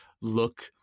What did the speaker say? look